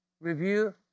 review